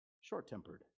short-tempered